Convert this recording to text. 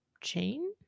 Chain